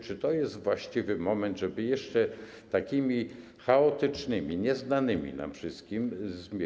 Czy to jest właściwy moment, żeby jeszcze takimi chaotycznymi, nieznanymi nam wszystkim zmianami.